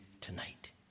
tonight